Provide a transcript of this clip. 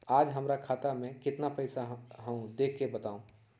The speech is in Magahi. आज हमरा खाता में केतना पैसा हई देख के बताउ?